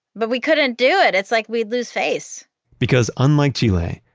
but we couldn't do it. it's like we'd lose face because unlike chile,